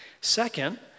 Second